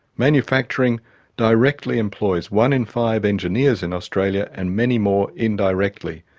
manufacturing directly employs one in five engineers in australia, and many more indirectly.